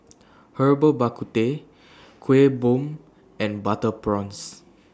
Herbal Bak Ku Teh Kuih Bom and Butter Prawns